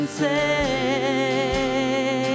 say